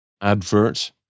advert